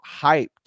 hyped